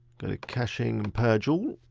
go to caching, and purge all.